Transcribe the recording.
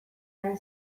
lan